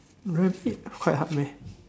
rabbit quite hard meh